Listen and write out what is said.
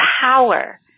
power